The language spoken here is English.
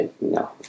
No